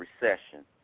recession